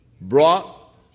brought